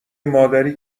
مادری